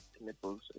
Nipples